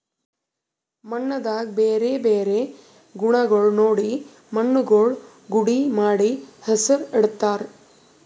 ಮಣ್ಣದಾಗ್ ಬ್ಯಾರೆ ಬ್ಯಾರೆ ಗುಣಗೊಳ್ ನೋಡಿ ಮಣ್ಣುಗೊಳ್ ಗುಡ್ಡಿ ಮಾಡಿ ಹೆಸುರ್ ಇಡತ್ತಾರ್